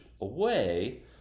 away